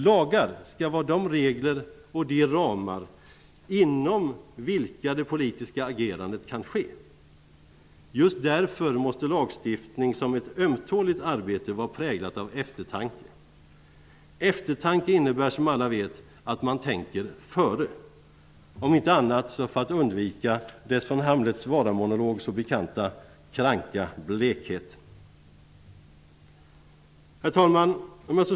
Lagar skall vara de regler och ramar inom vilka det politiska agerandet kan ske. Just därför måste lagstiftning som ett ömtåligt arbete vara präglat av eftertanke. Eftertanke innebär som alla vet att man tänker före, om inte annat så för att undvika dess från Hamlets s.k. vara-monolog så bekanta kranka blekhet. Herr talman!